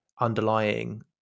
underlying